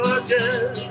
again